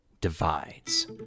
Divides